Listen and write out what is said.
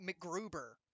mcgruber